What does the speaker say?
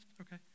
Okay